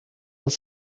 els